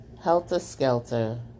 helter-skelter